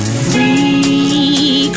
free